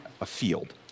afield